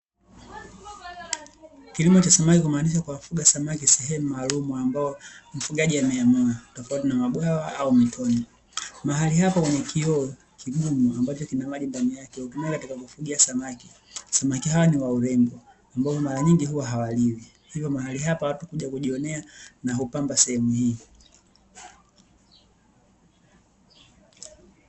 Kilimo cha samaki kumaanisha kuwafuga samaki mahali maalumu ambapo mfugaji ameamua tofauti na mabwawa au mitoni. Mahali hapa kwenye kioo kigumu ambacho kina maji ndani yake hutumika katika kufugia samaki. Samaki hawa ni waurembo ambapo mara nyingi huwa hawaliwi. Hivyo mahali hapa watu huja kujionea na hupamba sehemu hii.